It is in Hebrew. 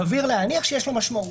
סביר להניח שיש לו משמעות,